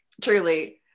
Truly